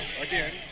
Again